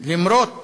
למרות